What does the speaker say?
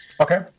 Okay